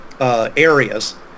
areas